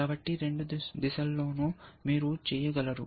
కాబట్టి రెండు దిశలలోనూ మీరు చేయగలరు